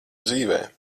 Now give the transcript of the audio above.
dzīvē